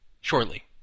shortly